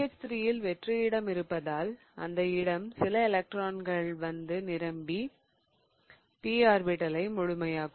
BH3ல் வெற்று இடம் இருப்பதால் அந்த இடத்தில் சில எலக்ட்ரான்கள் வந்து நிரம்பி p ஆர்பிடலை முழுமையாக்கும்